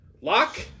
Lock